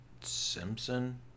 Simpson